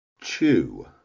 Chew